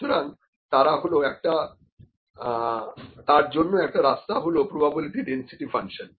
সুতরাং তার জন্য একটা রাস্তা হলো প্রোবাবিলিটি ডেন্সিটি ফাঙ্কশন